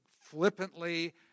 flippantly